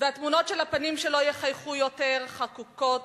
והתמונות של הפנים שלא יחייכו יותר חקוקות